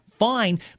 Fine